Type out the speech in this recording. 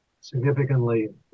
significantly